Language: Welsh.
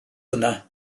hwnna